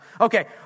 Okay